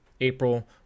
April